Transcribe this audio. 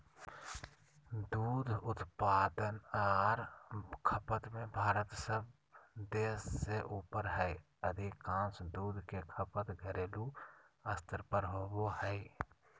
दूध उत्पादन आर खपत में भारत सब देश से ऊपर हई अधिकांश दूध के खपत घरेलू स्तर पर होवई हई